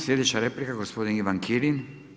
Sljedeća replika gospodin Ivan Kirin.